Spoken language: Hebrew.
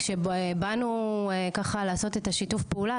כשבאנו ככה לעשות את השיתוף פעולה